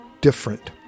different